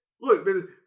Look